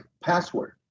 Password